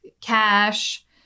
cash